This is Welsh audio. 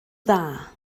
dda